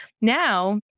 now